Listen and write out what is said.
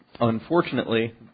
unfortunately